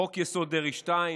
חוק-יסוד: דרעי 2,